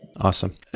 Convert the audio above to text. Awesome